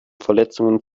verletzungen